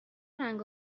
رنگ